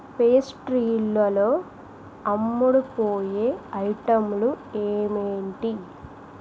పేస్ట్రీలు లో అమ్ముడుపోయే ఐటెంలు ఏమేంటి